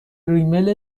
ریمیل